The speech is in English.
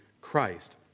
Christ